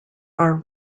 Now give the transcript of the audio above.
are